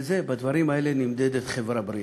בדברים האלה נמדדת חברה בריאה.